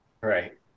Right